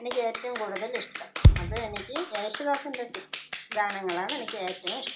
എനിക്കേറ്റവും കൂടുതൽ ഇഷ്ടം അത് എനിക്ക് യേശുദാസിൻ്റെ ഗാനങ്ങളാണ് എനിക്കേറ്റവും ഇഷ്ടം